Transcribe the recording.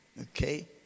Okay